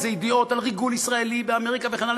איזה ידיעות על ריגול ישראלי באמריקה וכן הלאה,